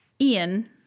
Ian